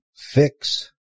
fix